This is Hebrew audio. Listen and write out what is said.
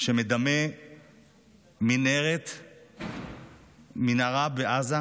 שמדמה מנהרה בעזה,